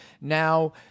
Now